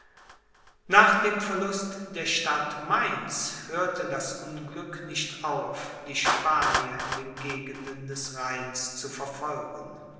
nach dem verlust der stadt mainz hörte das unglück nicht auf die spanier in den gegenden des rheins zu verfolgen